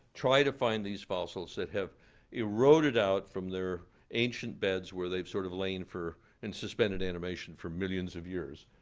try to find these fossils that have eroded out from their ancient beds where they've sort of lain in and suspended animation for millions of years,